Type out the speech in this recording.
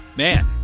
Man